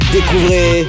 Découvrez